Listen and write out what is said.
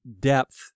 depth